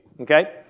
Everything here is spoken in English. okay